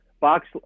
Box